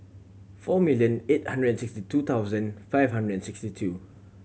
four million eight hundred and sixty two thousand five hundred and sixty two